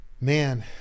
Man